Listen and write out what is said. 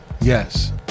Yes